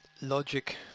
logic